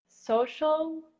social